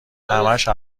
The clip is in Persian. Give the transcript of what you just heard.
همش